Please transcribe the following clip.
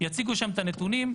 יציגו שם את הנתונים,